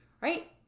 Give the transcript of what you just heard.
right